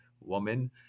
woman